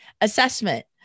assessment